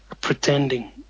pretending